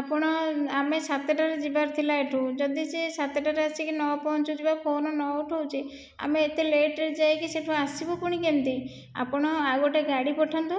ଆପଣ ଆମେ ସାତଟାରେ ଯିବାର ଥିଲା ଏହିଠୁ ଯଦି ସିଏ ସାତଟାରେ ଆସିକି ନ ପହଁଞ୍ଚୁଛି ବା ଫୋନ ନ ଉଠାଉଛି ଆମେ ଏତେ ଲେଟରେ ଯାଇକି ସେଠୁ ଆସିବୁ ପୁଣି କେମିତି ଆପଣ ଆଉ ଗୋଟିଏ ଗାଡ଼ି ପଠାନ୍ତୁ